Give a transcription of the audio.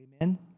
amen